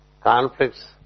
conflicts